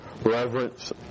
reverence